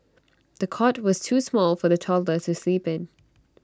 the cot was too small for the toddler to sleep in